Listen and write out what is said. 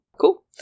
Cool